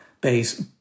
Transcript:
base